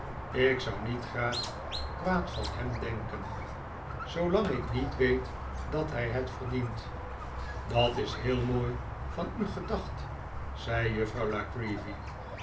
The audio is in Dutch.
ik zou niet graag kwaad van hem denken zoolang ik niet weet dat hij het verdient dat is heel mooi van u gedacht zei juffrouw